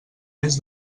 més